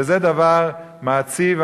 וזה דבר מעציב,